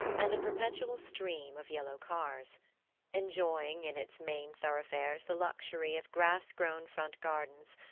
and a perpetual stream of yellow cars enjoying in its main thoroughfares the luxury of grass-grown front gardens,